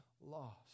lost